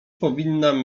powinnam